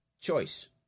choice